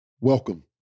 welcome